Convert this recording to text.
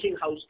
house